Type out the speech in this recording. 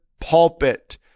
pulpit